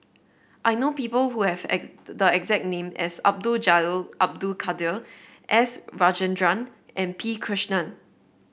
I know people who have the exact name as Abdul Jalil Abdul Kadir S Rajendran and P Krishnan